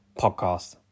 Podcast